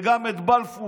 וגם את בלפור